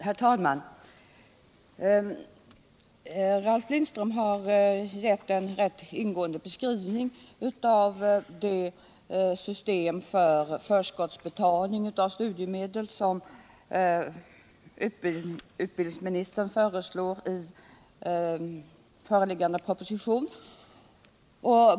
Herr talman! Ralf Lindström har gett en rätt ingående beskrivning av det system för förskottsbetalning av studiemedel som utbildningsministern föreslår i förevarande proposition.